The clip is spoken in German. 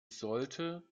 sollte